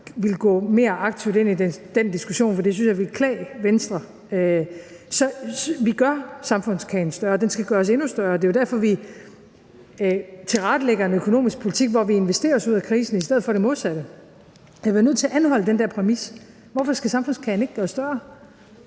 ville gå mere aktivt ind i den diskussion, for det synes jeg ville klæde Venstre – så gør vi samfundskagen større, og den skal gøres endnu større. Det er jo derfor, vi tilrettelægger en økonomisk politik, hvor vi investerer os ud af krisen i stedet for det modsatte. Jeg bliver nødt til at anholde den der præmis. Hvorfor skal samfundskagen ikke gøres større?